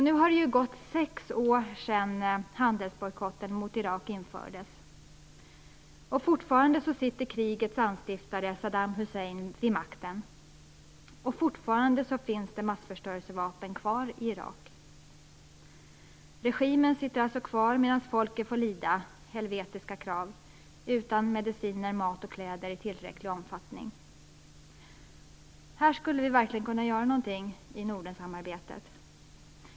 Nu har det gått sex år sedan handelsbojkotten mot Irak infördes. Fortfarande sitter krigets anstiftare Saddam Hussein vid makten, och fortfarande finns det massförstörelsevapen kvar i Irak. Regimen sitter alltså kvar medan folket får lida helvetiska kval utan mediciner, mat och kläder i tillräcklig omfattning. Här skulle vi verkligen kunna göra någonting i Nordensamarbetet.